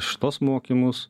šituos mokymus